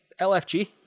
LFG